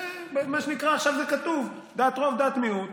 מה שנקרא, עכשיו זה כתוב, דעת רוב, דעת מיעוט.